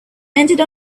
entered